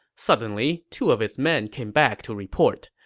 suddenly, two of his men came back to report.